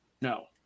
No